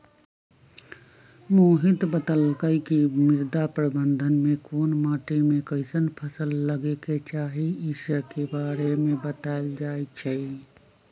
मोहित बतलकई कि मृदा प्रबंधन में कोन माटी में कईसन फसल लगे के चाहि ई स के बारे में बतलाएल जाई छई